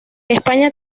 españa